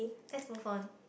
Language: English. let's move on